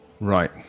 right